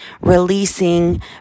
releasing